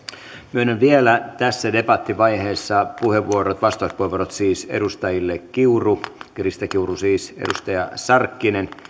myönnän vielä tässä debattivaiheessa vastauspuheenvuorot edustajille krista kiuru sarkkinen